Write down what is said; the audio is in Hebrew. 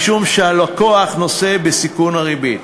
משום שהלקוח נושא בסיכון הריבית.